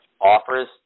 offers